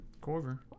Corver